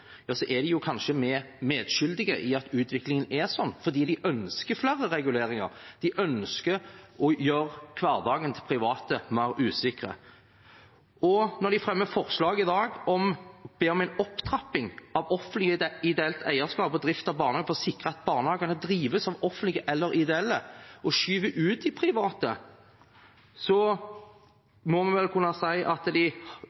er de kanskje medskyldige i at utviklingen er sånn, fordi de ønsker flere reguleringer. De ønsker å gjøre hverdagen til private mer usikker. Når de fremmer forslag i dag om å be om en opptrapping av offentlig og ideelt eierskap og drift av barnehager for å sikre at barnehagene drives av offentlige eller ideelle aktører, og skyver ut de private,